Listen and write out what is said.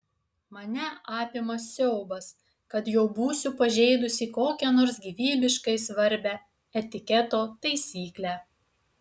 mane apima siaubas kad jau būsiu pažeidusi kokią nors gyvybiškai svarbią etiketo taisyklę